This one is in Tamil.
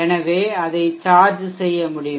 எனவே அதை சார்ஜ் செய்ய முடியும்